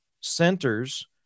centers